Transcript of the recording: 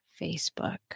Facebook